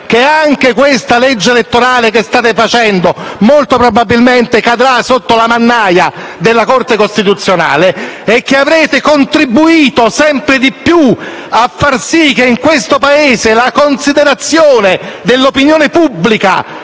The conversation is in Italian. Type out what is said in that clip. che anche la legge elettorale che state facendo molto probabilmente cadrà sotto la mannaia della Corte costituzionale e avrete contribuito sempre più a far sì che in questo Paese la considerazione dell'opinione pubblica